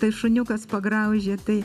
tai šuniukas pagraužė tai